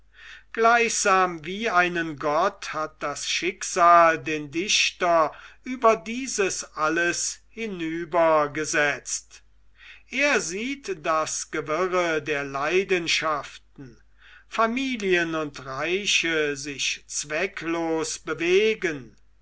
gleichsam wie einen gott hat das schicksal den dichter über dieses alles hinübergesetzt er sieht das gewirre der leidenschaften familien und reiche sich zwecklos bewegen